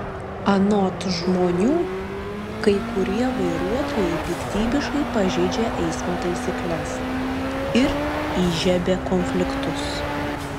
anot žmonių kai kurie vairuotojai piktybiškai pažeidžia eismo taisykles ir įžiebia konfliktus